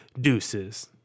deuces